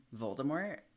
Voldemort